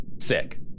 Sick